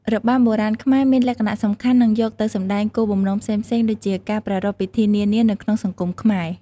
របាំបុរាណខ្មែរមានលក្ខណៈសំខាន់ និង យកទៅសម្តែងគោលបំណងផ្សេងៗ ដូចជា ការប្រារព្ធពិធីនានានៅក្នុងសង្គមខ្មែរ។